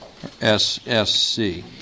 SSC